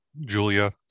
julia